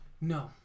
No